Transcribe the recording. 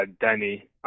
Danny